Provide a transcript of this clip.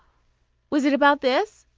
was it about this?